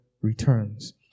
returns